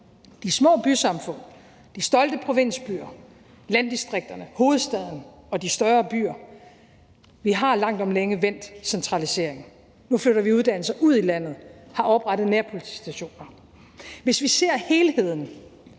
de små bysamfund, de stolte provinsbyer, landdistrikterne, hovedstaden og de større byer; vi har langt om længe vendt centraliseringen, nu flytter vi uddannelser ud i landet, har oprettet nærpolitistationer – og hvis vi ser helheden,